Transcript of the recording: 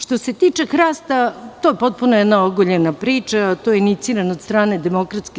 Što se tiče hrasta, to je potpuno jedna ogoljena priča inicirana od strane DS.